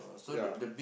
ya